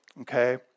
Okay